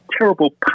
Terrible